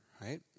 Right